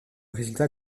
résultat